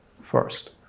first